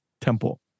temple